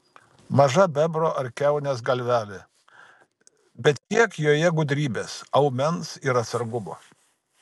maža bebro ar kiaunės galvelė bet kiek joje gudrybės aumens ir atsargumo